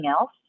else